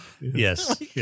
Yes